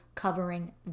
covering